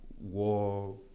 war